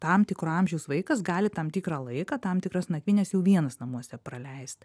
tam tikro amžiaus vaikas gali tam tikrą laiką tam tikras nakvynes jau vienas namuose praleist